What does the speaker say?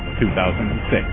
2006